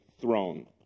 throne